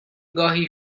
گاهی